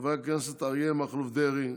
חברי הכנסת אריה מכלוף דרעי,